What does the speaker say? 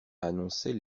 annonçait